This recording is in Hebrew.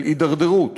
של הידרדרות.